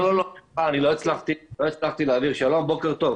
שלום, בוקר טוב.